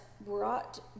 brought